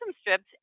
strips